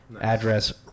address